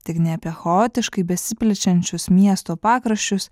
tik nebe chaotiškai besiplečiančius miesto pakraščius